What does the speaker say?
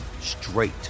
straight